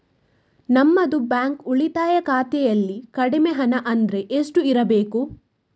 ನಮ್ಮದು ಬ್ಯಾಂಕ್ ಉಳಿತಾಯ ಖಾತೆಯಲ್ಲಿ ಕಡಿಮೆ ಹಣ ಅಂದ್ರೆ ಎಷ್ಟು ಇರಬೇಕು?